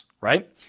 right